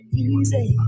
easy